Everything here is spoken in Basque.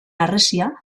harresia